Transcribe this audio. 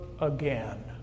again